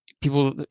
people